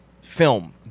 film